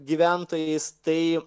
gyventojais tai